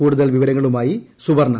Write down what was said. കൂടുതൽ വിവരങ്ങളുമായി സുവർണ